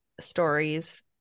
stories